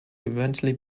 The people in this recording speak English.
eventually